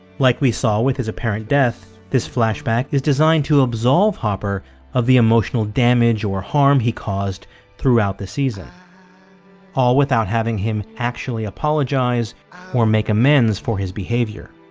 like we saw with his apparent death, this flashback is designed to absolve hopper of the emotional damage or harm he caused throughout the season all without having him actually apologize or make amends for his behavior.